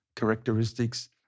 characteristics